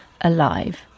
alive